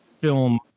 film